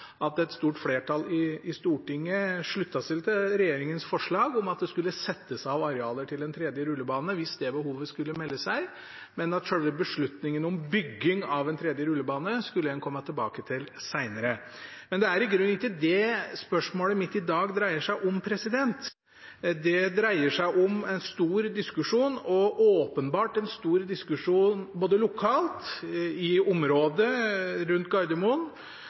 at et stort flertall i Stortinget sluttet seg til regjeringens forslag om at det skulle settes av arealer til en tredje rullebane hvis det behovet skulle melde seg. Selve beslutningen om bygging av en tredje rullebane skulle en komme tilbake til senere. Det er i grunnen ikke det spørsmålet mitt i dag dreier seg om. Det dreier seg om en åpenbart stor diskusjon lokalt, i området rundt Gardermoen – og det er forståelig – men også en åpenbart stor diskusjon